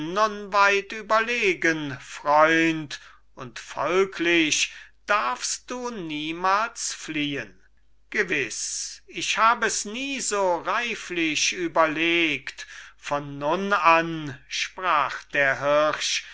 weit überlegen freund und folglich darfst du niemals fliehen gewiß ich hab es nie so reiflich überlegt von nun an sprach der